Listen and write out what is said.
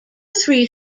three